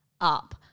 up